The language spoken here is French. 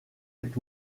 est